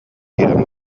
киирэн